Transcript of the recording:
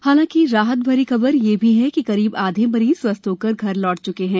हालांकि राहत भरी खबर ये भी है कि करीब आधे मरीज स्वस्थ होकर घर लौट च्के हैं